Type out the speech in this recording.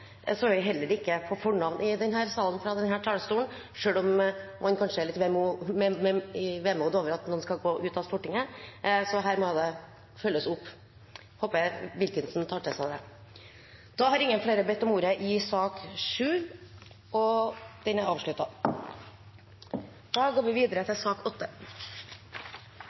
Vi er heller ikke på fornavn i denne salen og fra denne talerstolen, selv om man kanskje er litt vemodig over at noen skal ut av Stortinget. Her må det følges opp. Jeg håper representanten Wilkinson tar til seg det. Flere har ikke bedt om ordet til sak nr. 7. Etter ønske fra helse- og omsorgskomiteen vil presidenten ordne debatten slik: 3 minutter til